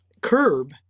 curb